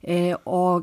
ė o